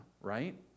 right